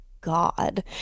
god